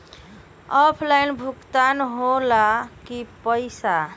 Offline भुगतान हो ला कि पईसा?